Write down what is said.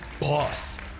Boss